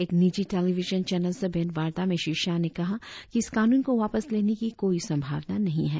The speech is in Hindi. एक निजी टेलीविजन चैनल से भेंट वार्ता में श्री शाह ने कहा कि इस कानून को वापस लेने की कोई संभावना नहीं है